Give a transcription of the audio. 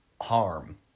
harm